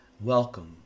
Welcome